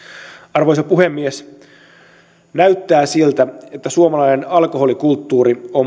arvoisa puhemies näyttää siltä että suomalainen alkoholikulttuuri